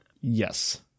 Yes